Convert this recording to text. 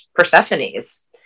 Persephones